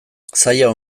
zaila